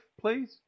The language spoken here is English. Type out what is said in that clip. please